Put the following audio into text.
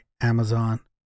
Amazon